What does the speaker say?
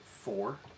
four